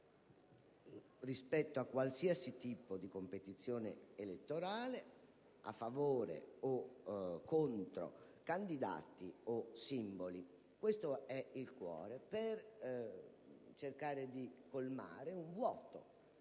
rispetto a qualsiasi tipo di competizione elettorale, a favore o contro candidati o simboli. Questo è il cuore del provvedimento